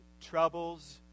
troubles